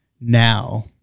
now